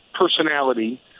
personality